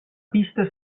pista